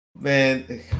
Man